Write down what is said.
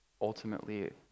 ultimately